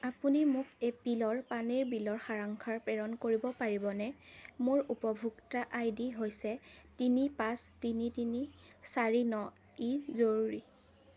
আপুনি মোক এপ্ৰিলৰ পানীৰ বিলৰ সাৰাংশ প্ৰেৰণ কৰিব পাৰিবনে মোৰ উপভোক্তা আই ডি হৈছে তিনি পাঁচ তিনি তিনি চাৰি ন ই জৰুৰী